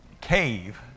cave